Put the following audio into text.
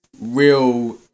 real